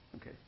Okay